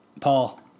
Paul